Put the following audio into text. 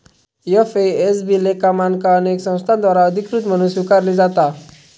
FASB लेखा मानका अनेक संस्थांद्वारा अधिकृत म्हणून स्वीकारली जाता